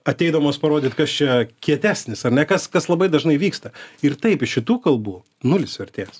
ateidamas parodyt kas čia kietesnis ar ne kas kas labai dažnai vyksta ir taip iš šitų kalbų nulis vertės